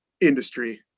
industry